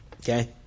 Okay